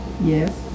Yes